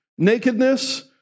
Nakedness